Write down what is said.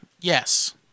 Yes